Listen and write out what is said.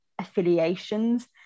affiliations